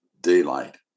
daylight